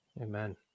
Amen